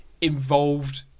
involved